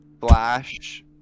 flash